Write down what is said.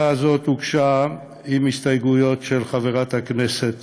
ההצעה הזאת הוגשה עם הסתייגויות של חברי הכנסת